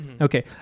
Okay